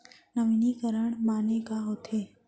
नवीनीकरण माने का होथे?